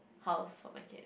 house for my cat